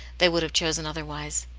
they would have chosen otherwise.